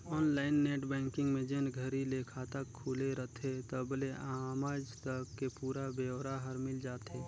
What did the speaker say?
online net banking में जेन घरी ले खाता खुले रथे तबले आमज तक के पुरा ब्योरा हर मिल जाथे